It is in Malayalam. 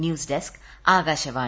news desk Akashvani